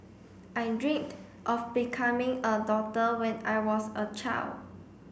I dreamed of becoming a doctor when I was a child